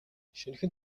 шинэхэн